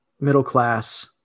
middle-class